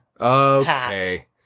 Okay